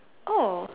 oh